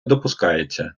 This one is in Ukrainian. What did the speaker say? допускається